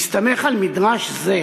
בהסתמך על מדרש זה